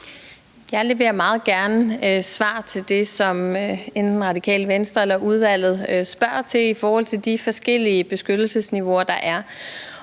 Jeg leverer meget gerne svar på det, som enten Radikale Venstre eller udvalget spørger til i forhold til de forskellige beskyttelsesniveauer, der er.